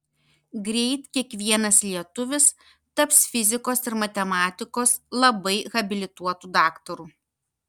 greit kiekvienas lietuvis taps fizikos ir matematikos labai habilituotu daktaru